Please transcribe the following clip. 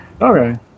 Okay